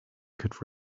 could